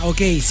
Okay